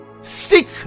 Seek